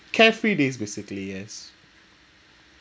carefree days basically yes